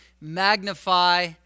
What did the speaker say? magnify